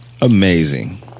Amazing